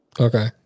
Okay